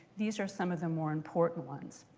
these are some of the more important ones.